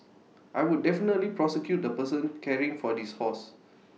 I would definitely prosecute the person caring for this horse